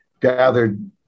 gathered